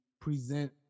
present